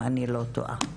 אם אני לא טועה.